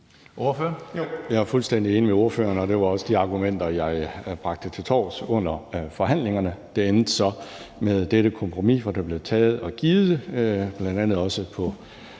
Jeg er fuldstændig enig med ordføreren, og det var også de argumenter, jeg bragte til torvs under forhandlingerne. Det endte så med dette kompromis, hvor der blev taget og givet, bl.a. også i